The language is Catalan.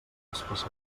passaports